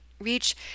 reach